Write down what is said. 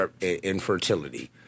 infertility